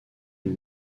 une